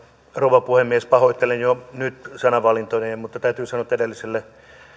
rouva puhemies pahoittelen jo nyt sanavalintojani mutta täytyy sanoa että